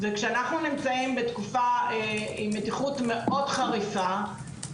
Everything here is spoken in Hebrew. וכשאנחנו נמצאים בתקופה עם מתיחות מאוד חריפה,